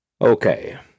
Okay